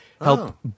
help